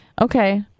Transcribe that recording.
Okay